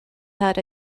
had